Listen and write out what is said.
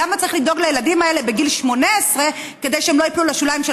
למה צריך לדאוג לילדים האלה בגיל 18 כדי שהם לא ייפלו לשוליים של